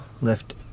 lift